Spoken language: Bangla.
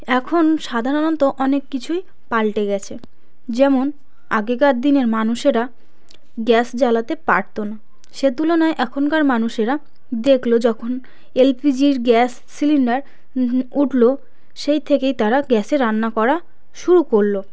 এখন সাধারণত অনেক কিছুই পালটে গেছে যেমন আগেকার দিনের মানুষেরা গ্যাস জ্বালাতে পারত না সে তুলনায় এখনকার মানুষেরা দেখল যখন এল পি জির গ্যাস সিলিন্ডার উঠল সেই থেকেই তারা গ্যাসে রান্না করা শুরু করল